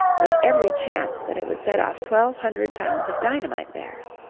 with every chance that it would set off twelve hundred pounds of dynamite there.